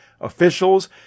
officials